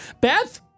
beth